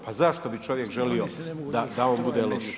Pa zašto bi čovjek želio da on bude loš?